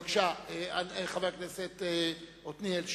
בבקשה, חבר הכנסת עתניאל שנלר,